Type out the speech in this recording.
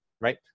right